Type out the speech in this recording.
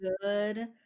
good